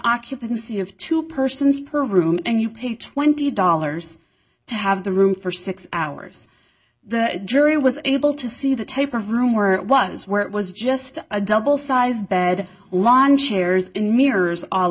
occupancy of two persons per room and you pay twenty dollars to have the room for six hours the jury was able to see the type of room where it was where it was just a double sized bed lawn chairs and mirrors all